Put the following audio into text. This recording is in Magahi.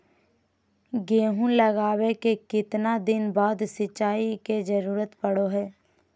गेहूं लगावे के कितना दिन बाद सिंचाई के जरूरत पड़ो है?